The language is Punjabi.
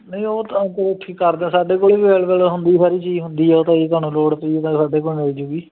ਨਹੀਂ ਉਹ ਤਾਂ ਚਲੋ ਠੀਕ ਕਰਦੇ ਹਾਂ ਸਾਡੇ ਕੋਲ ਵੀ ਅਵੇਲੇਵਲ ਹੁੰਦੀ ਸਾਰੀ ਚੀਜ਼ ਹੁੰਦੀ ਆ ਤੁਹਾਨੂੰ ਲੋੜ ਪਈ ਤਾਂ ਸਾਡੇ ਕੋਲ ਮਿਲ ਜੂਗੀ